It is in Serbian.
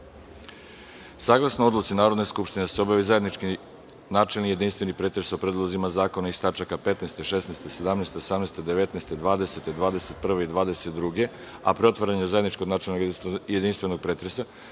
poslova. Saglasno odluci Narodne skupštine da se obavi zajednički, načelni, jedinstveni pretres o predlozima zakona iz tačaka 15, 16, 17, 18, 19, 20, 21. i 22, a pre otvaranja zajedničkog načelnog, jedinstvenog pretresa,